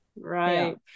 right